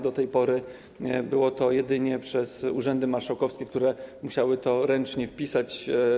Do tej pory było to robione jedynie przez urzędy marszałkowskie, które musiały to ręcznie wpisać.